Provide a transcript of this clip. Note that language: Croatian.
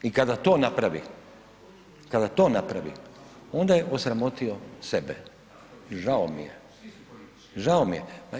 I kada to napravi, kada to napravi ona je osramotio sebe, žao mi je, žao mi je.